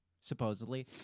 Supposedly